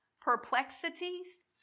perplexities